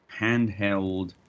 handheld